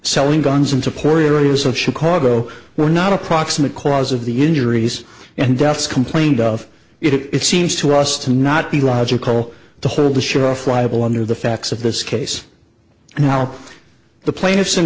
selling guns into poor areas of chicago were not a proximate cause of the injuries and deaths complained of it seems to us to not be logical to hold the show off liable under the facts of this case and help the plaintiffs in